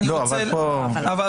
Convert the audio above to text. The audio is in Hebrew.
תחליטו.